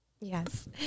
Yes